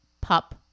pup